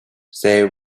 they